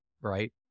right